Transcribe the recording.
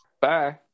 Bye